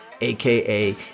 aka